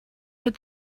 but